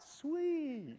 Sweet